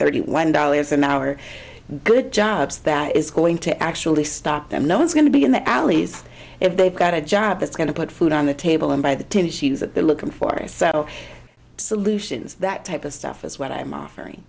thirty one dollars an hour good jobs that is going to actually stop them no one's going to be in the alleys if they've got a job that's going to put food on the table and buy the tissues that they're looking for a set of solutions that type of stuff is what i'm offering